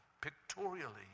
pictorially